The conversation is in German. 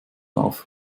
auf